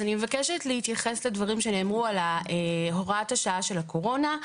אני מבקשת להתייחס לדברים שנאמרו על הוראת השעה של הקורונה.